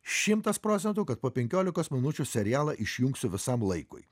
šimtas procentų kad po penkiolikos minučių serialą išjungsiu visam laikui